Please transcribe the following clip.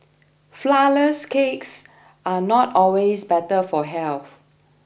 Flourless Cakes are not always better for health